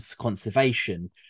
conservation